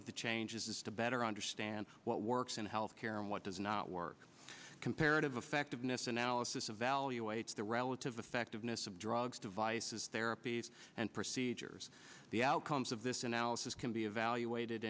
of the changes is to better understand what works in health care and what does not work comparative effectiveness analysis evaluates the relative effectiveness of drugs devices therapies and procedures the outcomes of this analysis can be evaluated